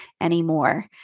anymore